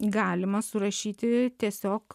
galima surašyti tiesiog